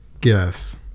guess